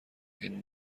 این